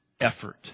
effort